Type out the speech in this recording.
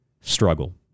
struggle